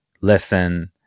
listen